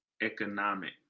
Economic